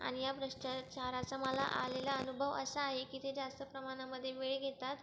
आणि या भ्रष्टाचाराचा मला आलेला अनुभव असा आहे की ते जास्त प्रमाणामध्ये वेळ घेतात